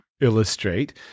illustrate